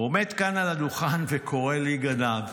עומד כאן על הדוכן וקורא לי גנב.